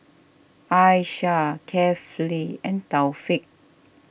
Aishah Kefli and Taufik